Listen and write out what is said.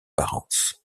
parens